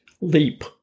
leap